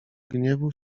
gniewu